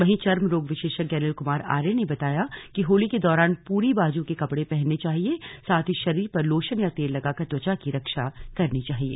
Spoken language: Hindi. वहीं चर्म रोग विशेषज्ञ अनिल कुमार आर्या ने बताया कि होली के दौरान पूरी बाजू के कपड़े पहनने चाहिये साथ ही शरीर पर लोशन या तेल लगाकर त्वचा की रक्षा करनी चाहिये